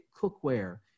cookware